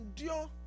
endure